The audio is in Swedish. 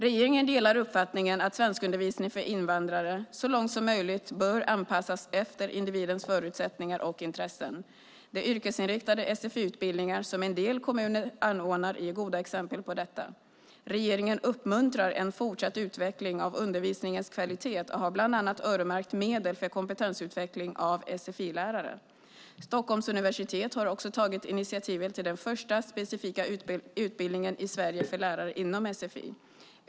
Regeringen delar uppfattningen att svenskundervisningen för invandrare så långt som möjligt bör anpassas efter individens förutsättningar och intressen. De yrkesinriktade sfi-utbildningar som en del kommuner anordnar är goda exempel på detta. Regeringen uppmuntrar en fortsatt utveckling av undervisningens kvalitet och har bland annat öronmärkt medel för kompetensutveckling av sfi-lärare. Stockholms universitet har också tagit initiativet till den första specifika utbildningen i Sverige för lärare inom sfi.